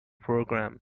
programme